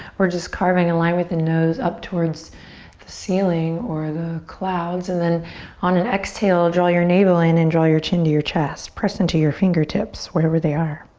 we're just carving a line with the nose up towards the ceiling or the clouds. and then on an exhale draw your navel in and draw your chin to your chest. press into your fingertips wherever they are.